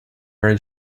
very